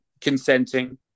consenting